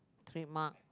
trademark